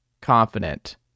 confident